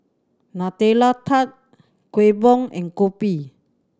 Nutella Tart Kueh Bom and kopi